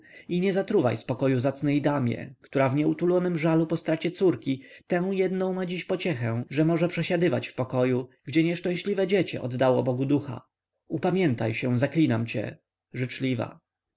i nie zatruwaj spokoju zacnej damie która w nieutulonym żalu po stracie córki tę jednę ma dziś pociechę że może przesiadywać w pokoju gdzie nieszczęśliwe dziecię oddało bogu ducha upamiętaj się zaklinam cię życzliwa